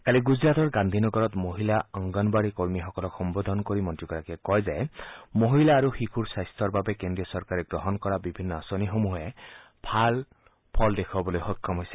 কালি গুজৰাটৰ গান্ধী নগৰত মহিলা অংগনবাড়ী কৰ্মীসকলক সম্বোধন কৰি মন্ত্ৰীগৰাকীয়ে কয় যে মহিলা আৰু শিশুৰ স্বাস্থাৰ বাবে কেন্দ্ৰীয় চৰকাৰে গ্ৰহণ কৰা বিভিন্ন আঁচনিসমূহে ভাল ফল দেখৱাবলৈ সক্ষম হৈছে